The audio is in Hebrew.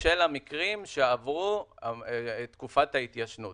בשל המקרים שעברו את תקופת ההתיישנות.